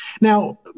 Now